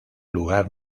lugar